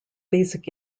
basic